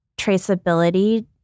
traceability